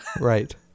Right